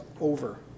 over